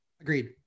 Agreed